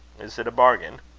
is it a bargain?